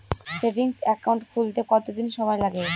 Savings account খুলতে কতদিন সময় লাগে?